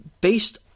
based